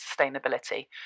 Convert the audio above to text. sustainability